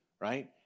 right